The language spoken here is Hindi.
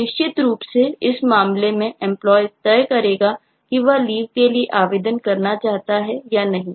अब निश्चित रूप से इस मामले में Employee तय करेगा कि वह Leave के लिए आवेदन करना चाहता है या नहीं